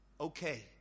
Okay